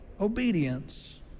obedience